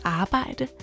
arbejde